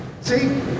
See